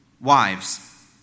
Wives